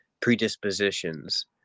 predispositions